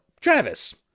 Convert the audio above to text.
Travis